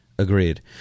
Agreed